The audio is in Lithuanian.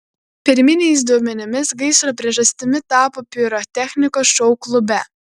pirminiais duomenimis gaisro priežastimi tapo pirotechnikos šou klube